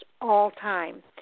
all-time